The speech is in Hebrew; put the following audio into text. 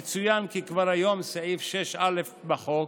יצוין כי כבר היום סעיף 6א לחוק